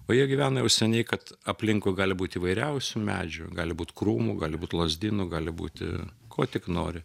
o jie gyvena jau seniai kad aplinkui gali būti įvairiausių medžių gali būt krūmų gali būti lazdynų gali būti ko tik nori